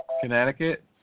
Connecticut